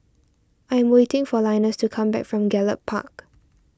I am waiting for Linus to come back from Gallop Park